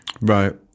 Right